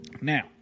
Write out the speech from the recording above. Now